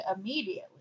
immediately